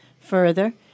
Further